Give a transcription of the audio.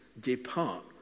depart